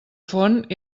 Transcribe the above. font